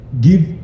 give